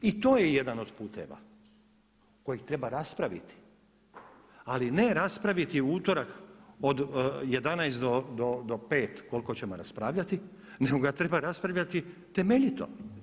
I to je jedan od puteva koje treba raspraviti, ali ne raspraviti u utorak od 11 do 5 koliko ćemo raspravljati, nego ga treba raspravljati temeljito.